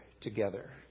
together